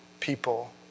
People